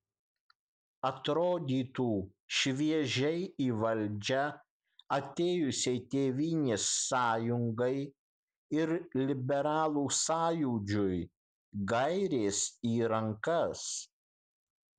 atrodytų šviežiai į valdžią atėjusiai tėvynės sąjungai ir liberalų sąjūdžiui gairės į rankas